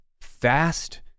fast